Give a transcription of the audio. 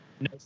no